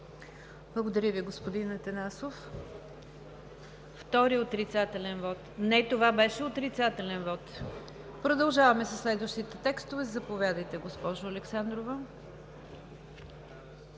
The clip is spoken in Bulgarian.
Благодаря Ви, господин Атанасов. Втори отрицателен вот. (Реплики.) Не, това беше отрицателен вот. Продължаваме със следващите текстове, заповядайте, госпожо Александрова.